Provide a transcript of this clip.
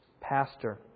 pastor